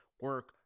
Work